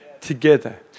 together